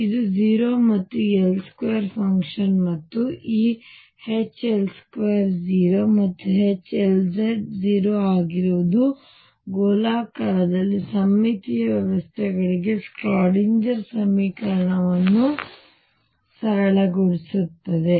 ಇದು 0 ಮತ್ತುL2 ಮತ್ತು Lz ಗಿಂತ ಹೆಚ್ಚು ಅಥವಾ ಸಮನಾಗಿದೆ ನಾವು ಈಗಾಗಲೇ ನಿರ್ಧರಿಸಿರುವ ಸಾಮಾನ್ಯ ಐಗನ್ ಫಂಕ್ಷನ್ ಮತ್ತು ಈ H L2 0 ಮತ್ತುH Lz 0 ಆಗಿರುವುದು ಗೋಲಾಕಾರದಲ್ಲಿ ಸಮ್ಮಿತೀಯ ವ್ಯವಸ್ಥೆಗಳಿಗೆ ಶ್ರೋಡಿಂಗರ್ಸಮೀಕರಣವನ್ನು ಸರಳಗೊಳಿಸುತ್ತದೆ